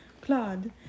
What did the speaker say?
Claude